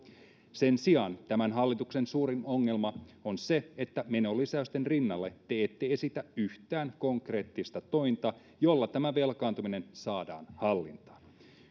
sen sijaan tämän hallituksen suurin ongelma on se että menolisäysten rinnalle te ette esitä yhtään konkreettista tointa jolla tämä velkaantuminen saadaan hallintaan